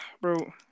bro